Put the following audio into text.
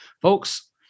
Folks